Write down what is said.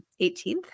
18th